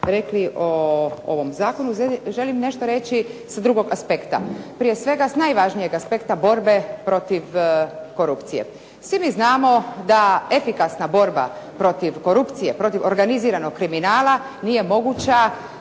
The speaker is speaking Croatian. rekli o ovom zakonu, želim nešto reći sa drugog aspekta. Prije svega s najvažnijeg aspekta borbe protiv korupcije. Svi mi znamo da efikasna borba protiv korupcije, protiv organiziranog kriminala nije moguća